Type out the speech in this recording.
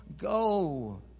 go